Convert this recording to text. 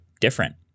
different